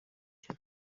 cya